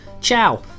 Ciao